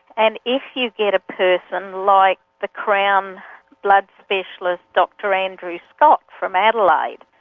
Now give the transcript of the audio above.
and if you get a person like the crown blood specialist, dr andrew spock from adelaide,